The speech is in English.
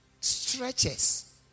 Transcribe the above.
stretches